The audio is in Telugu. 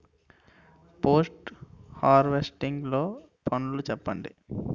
పోస్ట్ హార్వెస్టింగ్ లో పనులను చెప్పండి?